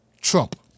Trump